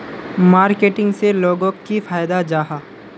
Marketing से लोगोक की फायदा जाहा?